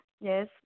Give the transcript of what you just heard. yes